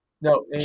no